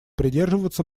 придерживаться